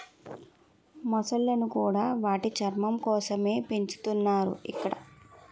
మొసళ్ళను కూడా వాటి చర్మం కోసమే పెంచుతున్నారు ఇక్కడ